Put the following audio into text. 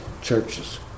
churches